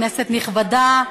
כנסת נכבדה,